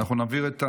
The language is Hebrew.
לוועדת חינוך.